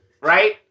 Right